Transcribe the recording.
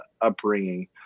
upbringing